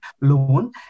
loan